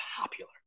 popular